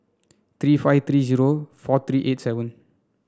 three five three zero four three eight seven